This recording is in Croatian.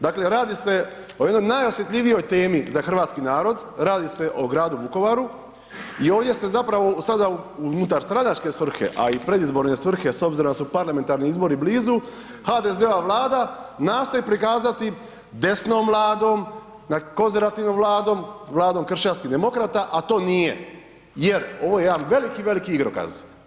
Dakle, radi se o jednoj najosjetljivijoj temi za hrvatski narod, radi se o gradu Vukovaru i ovdje se zapravo, sada unutarstranačke svrhe, a i predizborne svrhe s obzirom da su parlamentarni izbori blizu, HDZ-ova Vlada nastoji prikazati desnom Vladom, konzervativnom Vladom, Vladom kršćanskih demokrata, a to nije jer ovo je jedan veliki, veliki igrokaz.